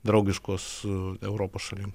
draugiškos su europos šalim